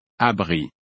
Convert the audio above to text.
abri